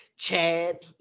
chad